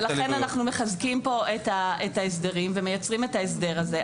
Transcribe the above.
ולכן אנחנו מחזקים פה את ההסדרים ומייצרים את ההסדר הזה.